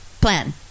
plan